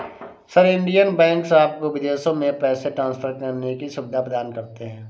sir, Indian banks आपको विदेशों में पैसे ट्रान्सफर करने की सुविधा प्रदान करते हैं